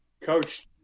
Coach